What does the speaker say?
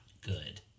good